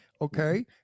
okay